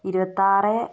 ഇരുപത്തിയാറ്